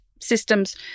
systems